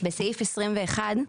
בסעיף 21,